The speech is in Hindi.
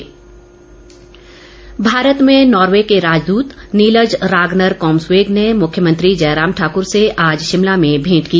भेंट भारत में नार्वे के राजदूत नील्ज़ रागनर कामस्वेग ने मुख्यमंत्री जयराम ठाकुर से आज शिमला में भेंट की